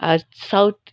south